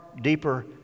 deeper